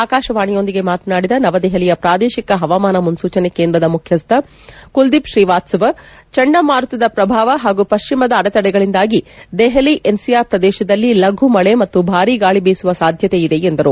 ಆಕಾಶವಾಣಿಯೊಂದಿಗೆ ಮಾತನಾಡಿದ ನವದೆಹಲಿಯ ಪ್ರಾದೇಶಿಕ ಹವಾಮಾನ ಮುನ್ನೂಚನೆ ಕೇಂದ್ರದ ಮುಖ್ಯಸ್ಥ ಕುಲದೀಪ್ ಶ್ರೀವಾತ್ತವ ಚಂಡಮಾರುತದ ಪ್ರಭಾವ ಹಾಗೂ ಪಶ್ಲಿಮದ ಅಡೆತಡೆಗಳಿಂದಾಗಿ ದೆಹಲಿ ಎನ್ ಓಆರ್ ಪ್ರದೇಶದಲ್ಲಿ ಲಘು ಮಳೆ ಮತ್ತು ಭಾರಿ ಗಾಳಿ ಬೀಸುವ ಸಾಧ್ಯತೆ ಇದೆ ಎಂದರು